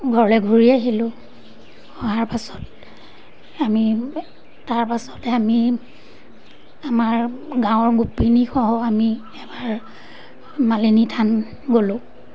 ঘৰলৈ ঘূৰি আহিলোঁ অহাৰ পাছত আমি তাৰপাছতে আমি আমাৰ গাঁৱৰ গোপিনীসহ আমি এবাৰ মালিনী থান গ'লোঁ